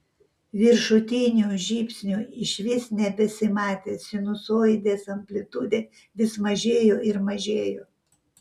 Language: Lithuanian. viršutinių žybsnių išvis nebesimatė sinusoidės amplitudė vis mažėjo ir mažėjo